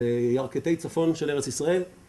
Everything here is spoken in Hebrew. בירכתי צפון של ארץ ישראל